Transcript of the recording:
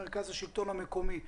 מרכז השלטון המקומי,